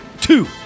Two